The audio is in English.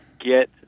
get